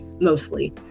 mostly